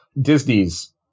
Disney's